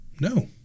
No